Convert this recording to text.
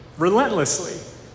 relentlessly